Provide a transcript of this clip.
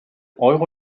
euro